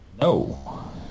No